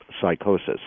psychosis